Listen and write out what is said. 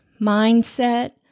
mindset